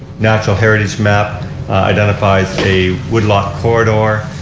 natural heritage map identifies a wood lot corridor